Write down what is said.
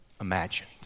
imagined